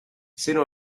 sooner